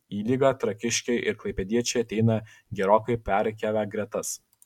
į lygą trakiškiai ir klaipėdiečiai ateina gerokai perrikiavę gretas